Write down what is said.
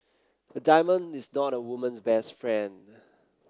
a diamond is not a woman's best friend